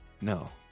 No